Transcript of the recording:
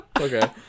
okay